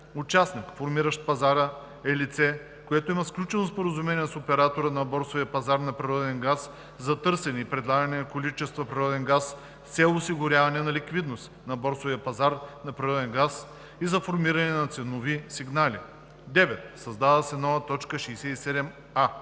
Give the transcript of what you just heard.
„Участник, формиращ пазара“ е лице, което има сключено споразумение с оператора на борсовия пазар на природен газ за търсене и предлагане на количества природен газ с цел осигуряване на ликвидност на борсовия пазар на природен газ и за формиране на ценови сигнали.“ 9. Създава се нова т. 67а: